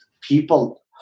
people